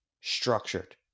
structured